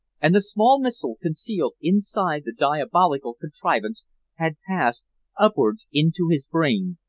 and the small missile concealed inside the diabolical contrivance had passed upwards into his brain.